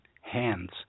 Hands